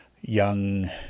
young